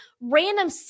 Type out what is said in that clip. random